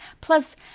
Plus